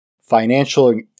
financial